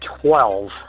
Twelve